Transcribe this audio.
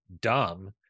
dumb